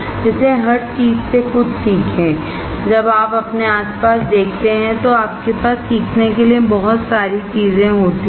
इसलिए हर चीज से कुछ सीखें जब आप अपने आस पास देखते हैं तो आपके पास सीखने के लिए बहुत सारी चीजें होती हैं